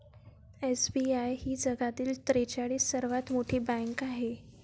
SBI ही जगातील त्रेचाळीस सर्वात मोठी बँक आहे